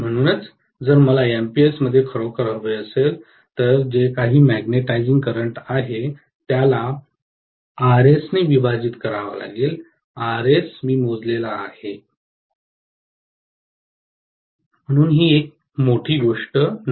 म्हणूनच जर मला एम्पिर्स मध्ये खरोखर हवे असेल तर जे काही मॅग्नेटिझिंग करंट आहे त्याला Rs ने विभाजित करावे लागेल Rs मी मोजलेला आहेम्हणून ही मोठी गोष्ट नाही